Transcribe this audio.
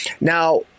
now